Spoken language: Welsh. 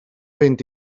fynd